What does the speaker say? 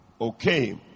Okay